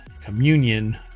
Communion